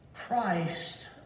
Christ